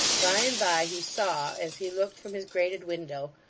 by and bye, he saw, as he looked from his grated window,